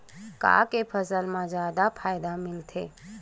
का के फसल मा जादा फ़ायदा मिलथे?